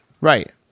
Right